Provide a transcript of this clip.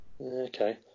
Okay